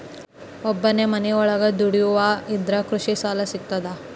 ಒಬ್ಬನೇ ಮನಿಯೊಳಗ ದುಡಿಯುವಾ ಇದ್ರ ಕೃಷಿ ಸಾಲಾ ಸಿಗ್ತದಾ?